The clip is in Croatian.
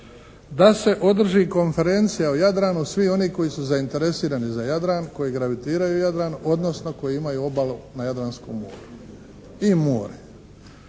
da se održi konferencija o Jadranu svih onih koji su zainteresirani za Jadran, koji gravitiraju Jadranu, odnosno koji imaju obalu na Jadranskom moru i more.